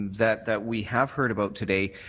that that we have heard about today,